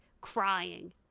crying